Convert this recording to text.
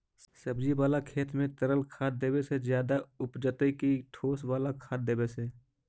सब्जी बाला खेत में तरल खाद देवे से ज्यादा उपजतै कि ठोस वाला खाद देवे से?